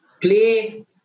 play